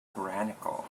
tyrannical